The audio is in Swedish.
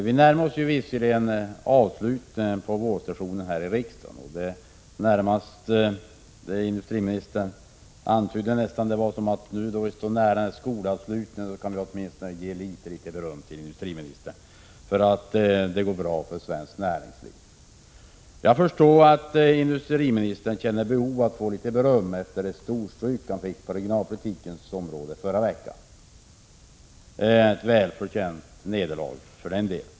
Vi närmar oss visserligen avslutningen på vårsessionen här i riksdagen, och industriministern antyder nästan att vi skulle kunna ge honom litet litet beröm nu när vi närmar oss skolavslutningen, eftersom det går bra för svenskt näringsliv. Jag förstår att industriministern har ett behov av att få litet beröm efter det storstryk han fick på regionalpolitikens område förra veckan —- ett välförtjänt nederlag för den delen.